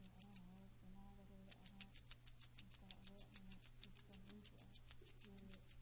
ᱡᱮ ᱟᱨᱦᱚᱸ ᱦᱚᱲ ᱵᱮᱱᱟᱣ ᱫᱟᱨᱮ ᱟᱨᱦᱚᱸ ᱚᱱᱠᱟ ᱟᱞᱮᱭᱟ ᱢᱟᱱᱮ ᱪᱮᱥᱴᱟ ᱦᱩᱭ ᱠᱚᱜᱼᱟ ᱡᱮ